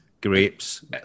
Grapes